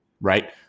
right